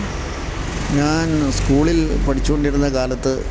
ഞാൻ സ്കൂളിൽ പഠിച്ചുകൊണ്ടിരുന്ന കാലത്ത്